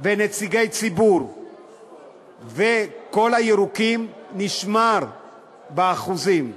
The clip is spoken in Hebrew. ונציגי הציבור וכל הירוקים, נשמרו האחוזים,